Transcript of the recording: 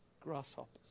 grasshoppers